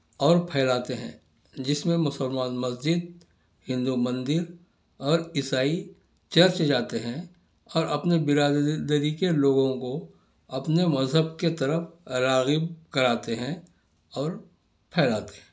اور پھیلاتے ہیں جس میں مسلمان مسجد ہندو مندر اور عیسائی چرچ جاتے ہیں اور اپنے برادری کے لوگوں کو اپنے مذہب کے طرف راغب کراتے ہیں اور پھیلاتے ہیں